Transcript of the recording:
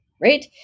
right